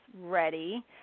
ready